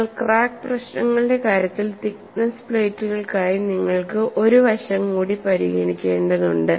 എന്നാൽ ക്രാക്ക് പ്രശ്നങ്ങളുടെ കാര്യത്തിൽ തിക്നെസ്സ് പ്ലേറ്റുകൾക്കായി നിങ്ങൾ ഒരു വശം കൂടി പരിഗണിക്കേണ്ടതുണ്ട്